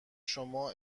شما